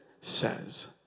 says